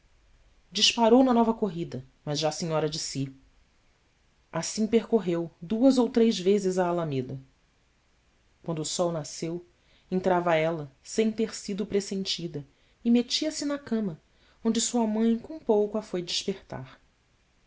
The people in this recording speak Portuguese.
ramadas disparou nova corrida mas já senhora de si assim percorreu duas ou três vezes a alameda quando o sol nasceu entrava ela sem ter sido pressentida e metia-se na cama onde sua mãe com pouco a foi despertar